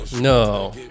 No